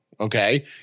Okay